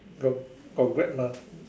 got got Grab mah